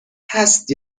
هست